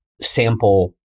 sample